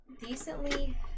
decently